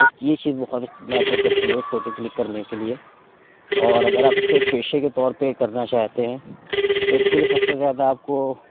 اس کی یہ چیز بہت اچھ میٹر کرتی ہے فوٹو کلک کرنے کے لیے اور اگر آپ اس کو ایک پیشے کے طور پہ کرنا چاہتے ہیں تو اس کے لیے سب سے زیادہ آپ کو